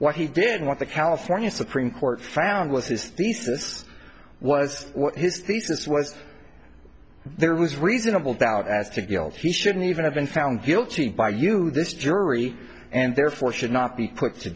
what he did what the california supreme court found was his thesis was his thesis was there was reasonable doubt as to guilt he shouldn't even have been found guilty by you this jury and therefore should not be put to